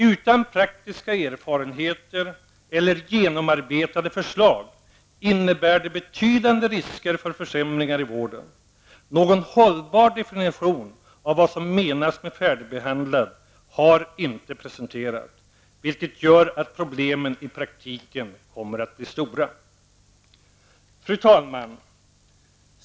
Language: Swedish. Utan praktiska erfarenheter eller genomarbetade förslag innebär detta betydande risker för försämringar i vården. Någon hållbar definition av vad som menas med färdigbehandlad har inte presenterats, vilket gör att problemen i praktiken kommer att bli stora. Fru talman!